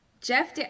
Jeff